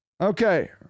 Okay